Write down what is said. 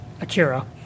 akira